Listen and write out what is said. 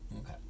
okay